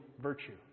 virtue